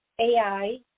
AI